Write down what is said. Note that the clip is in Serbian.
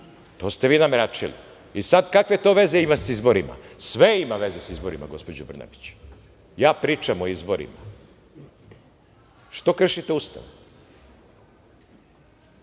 To ste vi nameračili. Sad kakve to veze ima sa izborima? Sve ima veze sa izborima, gospođo Brnabić. Ja pričam o izborima. Što kršite Ustav?